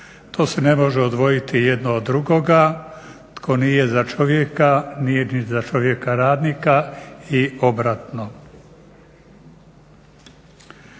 to se ne može odvojiti jedno od drugoga, tko nije za čovjeka nije ni za čovjeka radnika i obratno.